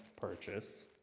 purchase